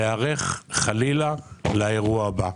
להיערך חלילה לאירוע הבא.